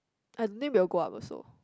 I think we will go up also